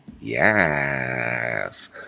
Yes